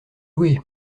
loué